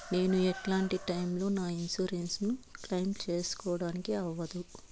నేను ఎట్లాంటి టైములో నా ఇన్సూరెన్సు ను క్లెయిమ్ సేసుకోవడానికి అవ్వదు?